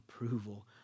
approval